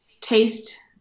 taste